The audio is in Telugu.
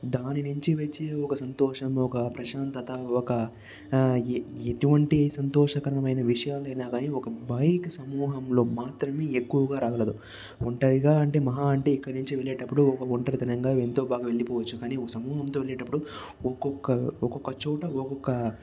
దాని నుంచి వచ్చే ఒక సంతోషం ఒక ప్రశాంతత ఒక ఎటువంటి సంతోషకరమైన విషయాలైనా గాని ఒక బైక్ సమూహంలో మాత్రమే ఎక్కువగా రాగలరు ఒంటరిగా అంటే మహా అంటే ఇక్కడి నుంచి వెళ్లేటప్పుడు ఒక ఒంటరితనంగా ఎంతో బాగా వెళ్ళిపోవచ్చు కానీ సమూహంతో వెళ్లేటప్పుడు ఒక్కొక్క ఒక్కొక్క చోట ఒక్కొక్క